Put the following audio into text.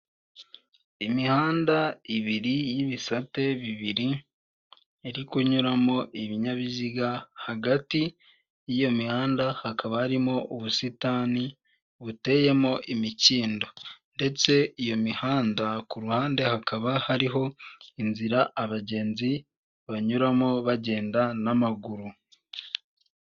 Imihanda ibiri y'ibisate bibiri iri kunyuramo ibinyabiziga hagati y'iyo mihanda hakaba harimo ubusitani buteyemo imikindo, ndetse iyo mihanda ku ruhande hakaba hariho inzira abagenzi banyuramo bagenda n'amaguru .